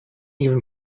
even